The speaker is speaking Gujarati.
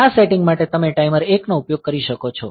આ સેટિંગ માટે તમે ટાઈમર 1 નો ઉપયોગ કરી શકો છો